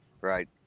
right